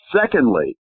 secondly